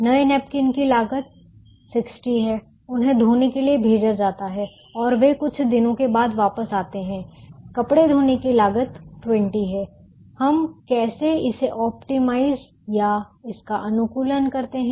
नए नैपकिन की लागत 60 है उन्हें धोने के लिए भेजा जाता है और वे कुछ दिनों के बाद वापस आते हैं कपड़े धोने की लागत 20 हैं हम कैसे इसे ऑप्टिमाइज़ या इसका अनुकूलन करते हैं